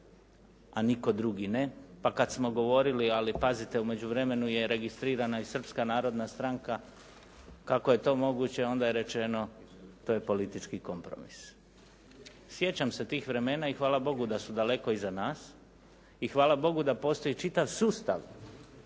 A nitko drugi ne. Pa kad smo govorili: «Ali pazite u međuvremenu je registrirana i Srpska narodna stranka, kako je to moguće?» Onda je rečeno: «To je politički kompromis.» Sjećam se tih vremena i hvala Bogu da su daleko iza nas i hvala Bogu da postoji čitav sustav